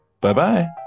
Bye-bye